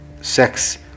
sex